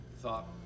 thought